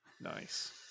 nice